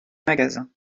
magasins